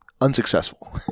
unsuccessful